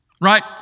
right